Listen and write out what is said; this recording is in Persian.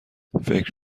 فکر